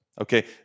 okay